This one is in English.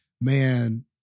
man